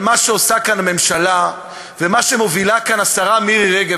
על מה שעושה כאן הממשלה ומה שמובילה כאן השרה מירי רגב,